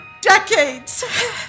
decades